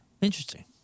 Interesting